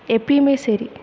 எப்பயுமே சரி